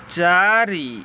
ଚାରି